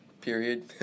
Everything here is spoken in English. period